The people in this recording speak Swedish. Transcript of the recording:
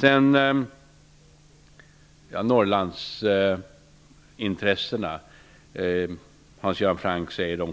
Hans Göran Franck sade att Norrlandsintressena inte